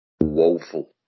woeful